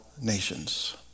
nations